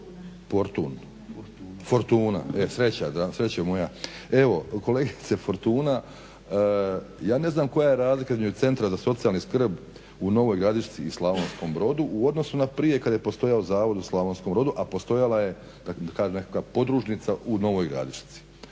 Fortuna, e sreća da, srećo moja, evo kolegice Fortuna ja ne znam koja je razlika između Centra za socijalnu skrb u Novoj Gradišci i Slavonskom Brodu u odnosu na prije kada je postojao zavod u Slavonskom Brodu a postojala je da kažem nekakva podružnica u Novoj Gradišci.